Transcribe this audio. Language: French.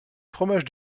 fromage